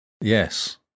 Yes